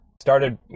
Started